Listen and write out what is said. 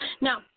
Now